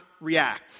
react